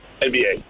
NBA